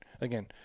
Again